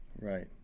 Right